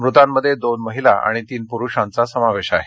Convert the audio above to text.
मृतांमध्ये दोन महिला आणि तीन पुरुषांचा समावेश आहे